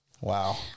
Wow